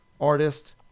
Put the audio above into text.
artist